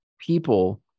people